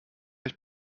euch